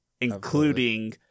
including